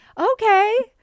Okay